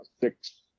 six